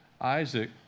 Isaac